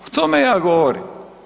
O tome ja govorim.